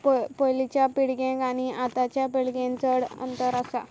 प पयलींच्या पिळगेंक आनी आतांच्या पिळगेन चड अंतर आसा